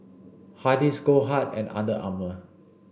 Hardy's Goldheart and Under Armour